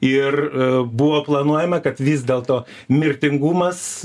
ir buvo planuojama kad vis dėlto mirtingumas